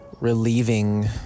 relieving